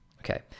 okay